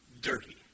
dirty